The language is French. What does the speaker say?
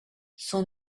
son